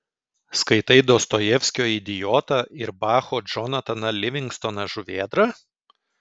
skaitai dostojevskio idiotą ir bacho džonataną livingstoną žuvėdrą